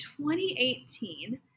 2018